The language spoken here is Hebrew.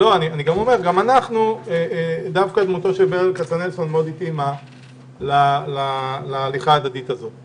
דווקא דמותו של ברל כצנלסון מאוד התאימה להליכה ההדדית הזו.